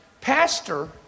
pastor